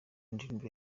indirimbo